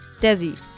Desi